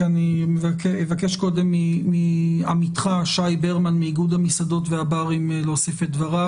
אני אבקש קודם מעמיתך שי ברמן מאיגוד המסעדות והברים להוסיף את דבריו.